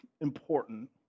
important